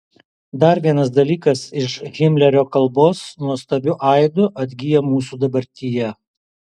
dar vienas dalykas iš himlerio kalbos nuostabiu aidu atgyja mūsų dabartyje